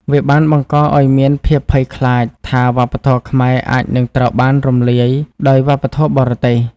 វាបានបង្កឱ្យមានភាពភ័យខ្លាចថាវប្បធម៌ខ្មែរអាចនឹងត្រូវបានរំលាយដោយវប្បធម៌បរទេស។